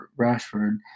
Rashford